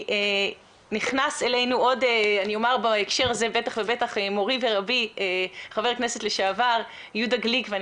נכנס אלינו - בהקשר הזה מורי ורבי - חבר הכנסת לשעבר יהודה גליק ואני